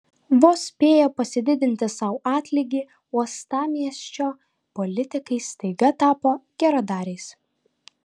vos spėję pasididinti sau atlygį uostamiesčio politikai staiga tapo geradariais